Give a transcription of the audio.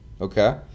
okay